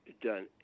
done